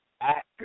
act